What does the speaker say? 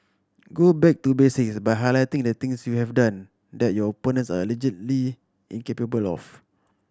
go back to basics by highlighting the things you have done that your opponents are allegedly incapable of